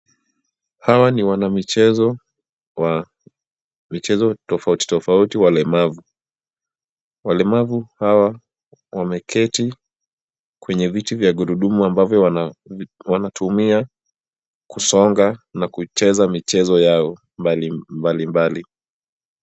Hawa ni wanamichezo wa michezo tofauti tofauti walemavu. Walemavu hawa wameketi kwenye viti vya gurudumu ambavyo wanatumia kusonga na kucheza michezo yao mbalimbali.